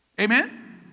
Amen